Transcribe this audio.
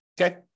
Okay